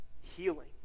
Healing